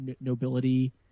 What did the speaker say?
nobility